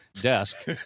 desk